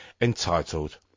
entitled